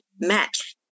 match